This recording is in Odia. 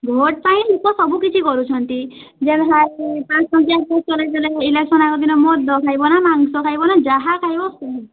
ଭୋଟ ପାଇଁ ଲୋକ ସବୁ କିଛି କରୁଛନ୍ତି ଇଲେକ୍ସନ୍ ଆଗ ଦିନ ମଦ ଖାଇବ ନା ମାଂସ ଖାଇବ ନା ଯାହା ଖାଇବ